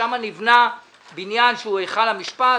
שם נבנה בניין שהוא היכל המשפט,